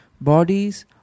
bodies